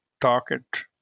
target